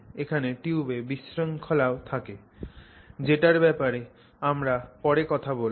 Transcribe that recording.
এখানে টিউবে বিশৃঙ্খলাও থাকে যেটার ব্যাপারে আমরা পরে কথা বলবো